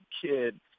kid